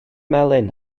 melyn